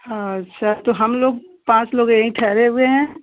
अच्छा तो हम लोग पाँच लोग यहीं ठहरे हुए हैं